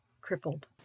Crippled